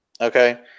Okay